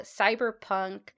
cyberpunk